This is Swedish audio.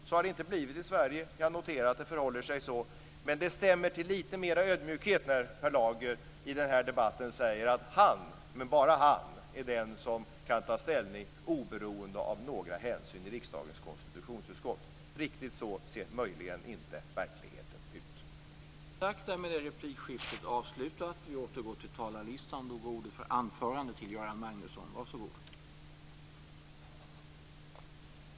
Så har det inte blivit i Sverige. Vi har noterat att det förhåller sig så. Men det stämmer till lite mera ödmjukhet när Per Lager i den här debatten säger att han, men bara han, är den som kan ta ställning oberoende av några hänsyn i riksdagens konstitutionsutskott. Riktigt så ser möjligen inte verkligheten ut.